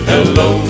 Hello